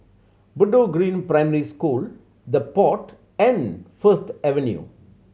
Bedok Green Primary School The Pod and First Avenue